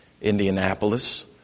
Indianapolis